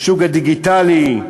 השוק הדיגיטלי,